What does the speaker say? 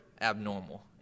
abnormal